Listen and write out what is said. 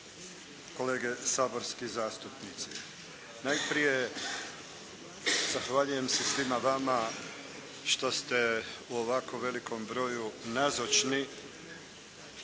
kolege saborski zastupnici. Najprije, zahvaljujem se svima vama što ste u ovako velikom broju nazočni